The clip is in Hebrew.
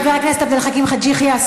חבר הכנסת עבד אל חכים חאג' יחיא,